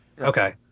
Okay